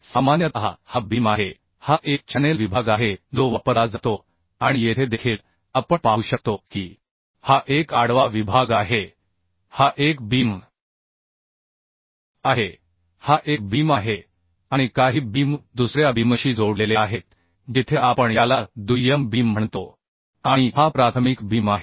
सामान्यतः हा बीम आहे हा एक चॅनेल विभाग आहे जो वापरला जातो आणि येथे देखील आपण पाहू शकतो की हा एक आडवा विभाग आहे हा एक बीम आहे हा एक बीम आहे आणि काही बीम दुसर्या बीमशी जोडलेले आहेत जिथे आपण याला दुय्यम बीम म्हणतो आणि हा प्राथमिक बीम आहे